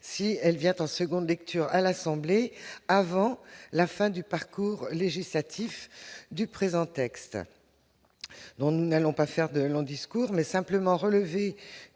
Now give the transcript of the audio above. si elle vient en seconde lecture à l'Assemblée avant la fin du parcours législatif du présent texte dont nous n'allons pas faire de longs discours, mais simplement relevé